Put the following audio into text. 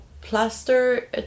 plaster